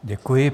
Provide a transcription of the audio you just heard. Děkuji.